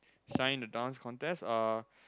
shine the Dance Contest or